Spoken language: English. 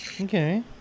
Okay